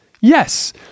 Yes